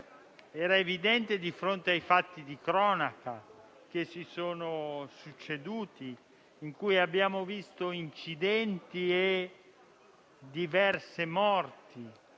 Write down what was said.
Era evidente di fronte ai fatti di cronaca che si sono succeduti, in cui abbiamo visto incidenti e diverse morti